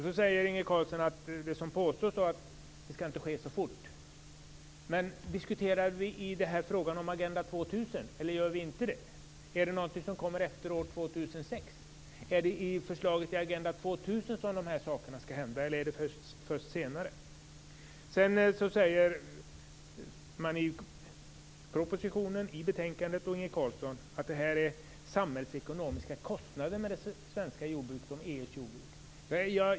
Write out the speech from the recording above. Så säger Inge Carlsson att det inte skall ske så fort. Men diskuterar vi nu Agenda 2000, eller gör vi det inte? Är det någonting som kommer efter år 2006? Skall dessa saker hända i och med förslagen kring Agenda 2000, eller kommer det först senare? Det sägs i propositionen och i betänkandet, och Inge Carlsson säger det också, att det svenska jordbruket och EU:s jordbruk innebär samhällsekonomiska kostnader.